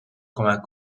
کمک